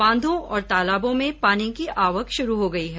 बांधों और तालाबों में पानी की आवक शुरू हो गई है